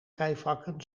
rijvakken